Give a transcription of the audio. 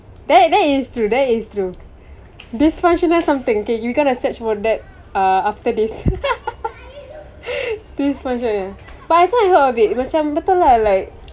that that is true that is true dysfunctional something okay you got to search for that uh after this dysfunction but I tell you a bit macam betul lah like